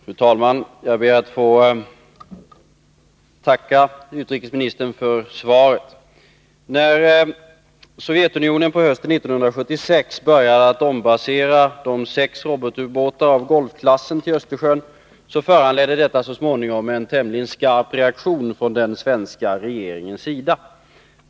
Fru talman! Jag ber att få tacka utrikesministern för svaret på min fråga. När Sovjetunionen på hösten 1976 började ombasera de sex ubåtarna av Golfklassen till Östersjön föranledde detta så småningom en tämligen skarp reaktion från den svenska regeringens sida.